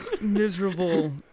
miserable